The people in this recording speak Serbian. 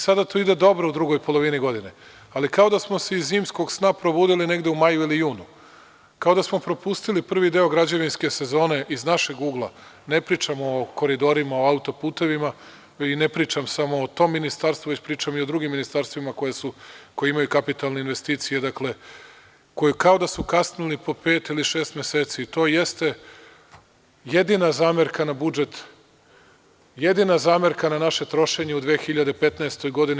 Sada to ide dobro u drugoj polovini godine, ali kao da smo se iz zimskog sna probudili negde u maju ili junu, kao da smo propustili prvi deo građevinske sezone iz našeg ugla, ne pričam o koridorima, autoputevima, i ne pričam samo o tom ministarstvu, već pričam i o drugim ministarstvima koji imaju kapitalne investicije, koji kao da su kasnili po pet ili šest meseci i to jeste jedina zamerka na budžet, jedina zamerka na naše trošenje u 2015. godini.